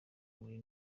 muri